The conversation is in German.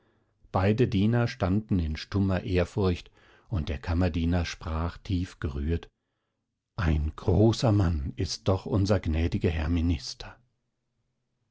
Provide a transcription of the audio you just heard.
beide diener standen in stummer ehrfurcht und der kammerdiener sprach tiefgerührt ein großer mann ist doch unser gnädige herr minister